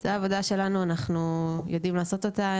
זו העבודה שלנו ואנחנו יודעים לעשות אותה,